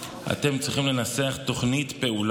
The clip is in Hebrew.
אתם צריכים לנסח תוכנית פעולה.